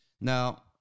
now